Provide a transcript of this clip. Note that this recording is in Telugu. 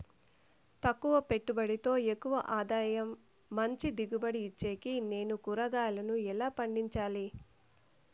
తక్కువ పెట్టుబడితో ఎక్కువగా ఆదాయం మంచి దిగుబడి ఇచ్చేకి నేను కూరగాయలను ఎలా పండించాలి?